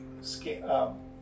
scale